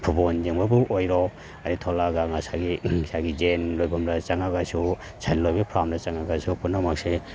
football ꯌꯦꯡꯕꯕꯨ ꯑꯣꯏꯔꯣ ꯑꯗꯒꯤ ꯊꯣꯛꯂꯛꯑꯒ ꯉꯁꯥꯏꯒꯤ ꯌꯦꯟ ꯂꯣꯏꯕꯝꯗ ꯆꯪꯂꯒꯁꯨ ꯁꯟ ꯂꯣꯏꯕꯒꯤ ꯐꯥꯝꯗ ꯆꯪꯂꯒꯁꯨ ꯄꯨꯝꯅꯃꯛꯁꯦ